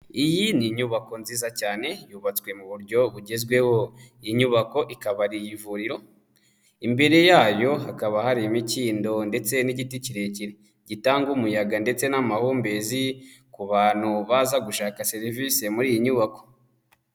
Iyi ni inyubako nziza cyane yubatswe mu buryo bugezweho. Iyi nyubako ikaba ari iy'ivuriro, imbere yayo hakaba hari imikindo ndetse n'igiti kirekire. Gitanga umuyaga ndetse n'amahumbezi ku bantu baza gushaka serivisi muri iyi nyubako.